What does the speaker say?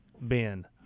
Ben